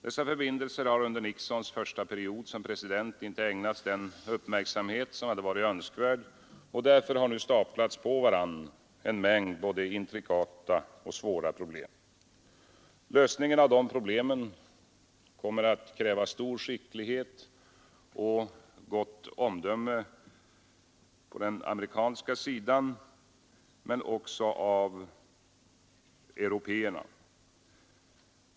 Dessa förbindelser har under Nixons första period som president inte ägnats den uppmärksamhet som hade varit önskvärd, och därför har nu staplats på varandra en mängd både intrikata och svåra problem. Lösningen av dessa problem kommer att kräva stor skicklighet och gott omdöme från amerikansk sida men också av européerna.